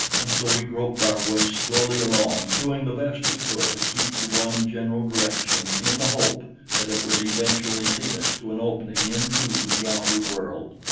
and so we groped our way slowly along, doing the best we could to keep to one general direction in the hope that it would eventually lead us to an opening into the outer world.